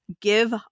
Give